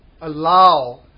allow